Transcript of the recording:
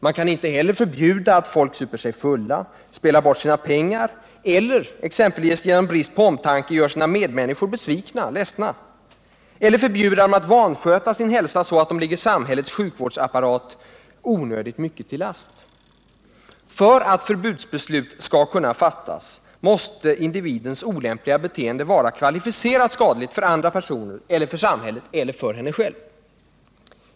Man kan heller inte förbjuda att folk super sig fulla, spelar bort sina pengar eller i brist på omtanke gör sina medmänniskor besvikna eller ledsna, eller förbjuda människor att vansköta sin hälsa så att de ligger samhällets sjukvårdsapparat onödigt mycket till last. För att förbudsbeslut skall kunna fattas måste individens olämpliga beteende vara kvalificerat skadligt för andra personer eller för samhället eller för honom själv.